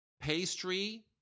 Pastry